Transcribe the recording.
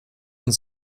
und